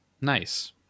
Nice